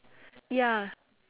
ya